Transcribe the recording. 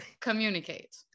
communicate